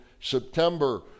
September